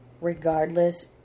regardless